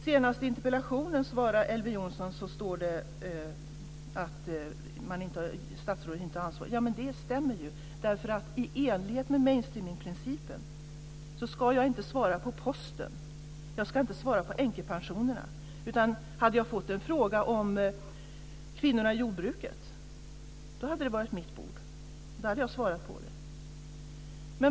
Senast i interpellationssvaret hade Elver Jonsson läst att statsrådet inte hade ansvaret. Det stämmer ju. I enlighet med mainstreaming-principen ska jag inte ansvara för jämställdheten när det gäller posten och änkepensionerna. Hade jag fått en fråga om kvinnorna i jordbruket, då hade det varit mitt bord. Då hade jag svarat på den frågan.